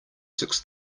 six